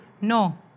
No